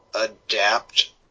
adapt